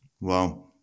Wow